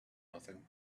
nothing